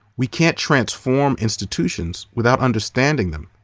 we can't transform institutions without understanding them.